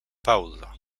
pauza